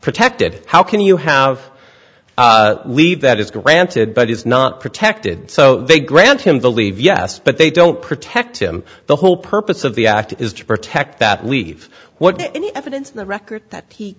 protected how can you have leave that is granted but is not protected so they grant him the leave yes but they don't protect him the whole purpose of the act is to protect that leave what any evidence on the record that he